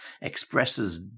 expresses